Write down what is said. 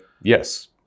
Yes